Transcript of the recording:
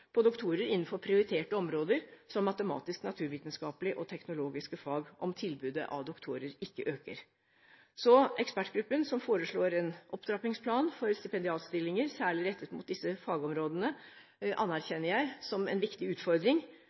på doktorer innenfor prioriterte områder som matematisk-naturvitenskapelige og teknologiske fag om tilbudet av doktorer ikke øker. Så opptrappingsplanen for stipendiatstillinger, særlig rettet mot disse fagområdene, som ekspertgruppen foreslår, anerkjenner jeg som en viktig utfordring.